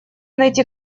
найти